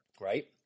right